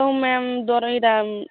ହଉ ମ୍ୟାମ୍ ଦାମ୍